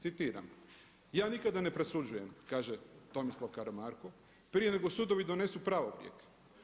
Citiram: „Ja nikada ne presuđujem“ kaže Tomislav Karamarko „prije nego sudovi donesu pravorijek“